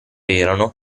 erano